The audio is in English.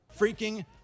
Freaking